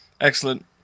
Excellent